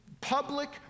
public